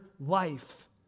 life